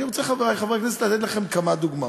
חברי חברי הכנסת, אני רוצה לתת לכם כמה דוגמאות,